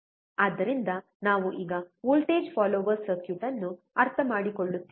ಆದ್ದರಿಂದ ನಾವು ಈಗ ವೋಲ್ಟೇಜ್ ಫಾಲೋಯರ್ ಸರ್ಕ್ಯೂಟ್ ಅನ್ನು ಅರ್ಥಮಾಡಿಕೊಳ್ಳುತ್ತಿದ್ದೇವೆ